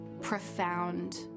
Profound